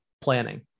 planning